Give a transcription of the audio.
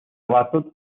avatud